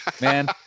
man